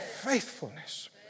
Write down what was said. Faithfulness